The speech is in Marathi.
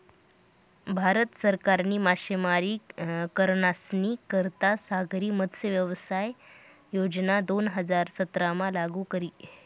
भारत सरकारनी मासेमारी करनारस्नी करता सागरी मत्स्यव्यवसाय योजना दोन हजार सतरामा लागू करी